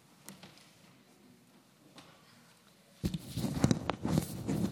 יזבק.